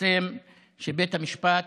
שהתפרסם שבית המשפט